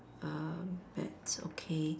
um bat okay